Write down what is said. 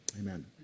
amen